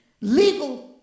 legal